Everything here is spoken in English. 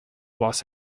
los